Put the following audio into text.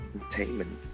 entertainment